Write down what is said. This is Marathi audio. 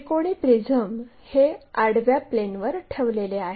त्रिकोणी प्रिझम हे आडव्या प्लेनवर ठेवलेले आहे